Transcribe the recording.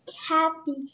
Happy